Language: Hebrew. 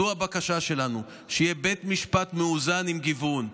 זו הבקשה שלנו, שיהיה בית משפט מאוזן עם גיוון.